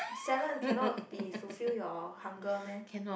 salad cannot be fulfill your hunger meh